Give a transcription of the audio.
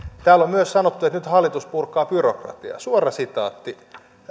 täällä on myös sanottu että nyt hallitus purkaa byrokratiaa suora sitaatti